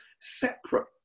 separate